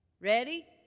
ready